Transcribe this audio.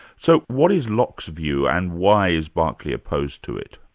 so what is locke's view and why is berkeley opposed to it?